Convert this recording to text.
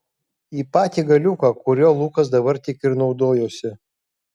į patį galiuką kuriuo lukas dabar tik ir naudojosi